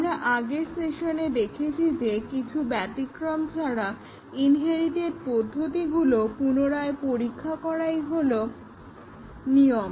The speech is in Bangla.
আমরা আগের সেশনে দেখেছি যে কিছু ব্যতিক্রম ছাড়া ইনহেরিটেড পদ্ধতিগুলোকে পুনরায় পরীক্ষা করাই হলো নিয়ম